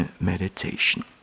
meditation